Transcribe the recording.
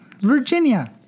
Virginia